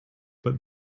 but